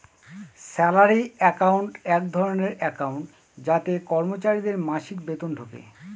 salary account এক ধরনের account যাতে কর্মচারীদের মাসিক বেতন ঢোকে